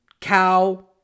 cow